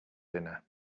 dinner